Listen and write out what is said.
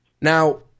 Now